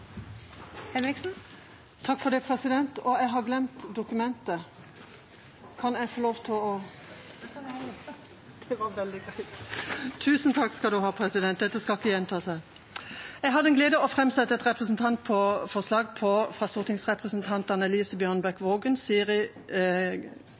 Jeg har glemt dokumentet. Kan jeg få lov til å … Da kan jeg hjelpe. Det var veldig greit. Tusen takk, president. Dette skal ikke gjenta seg. Jeg har den glede å framsette et representantforslag fra stortingsrepresentantene Elise